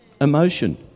emotion